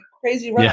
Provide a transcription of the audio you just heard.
crazy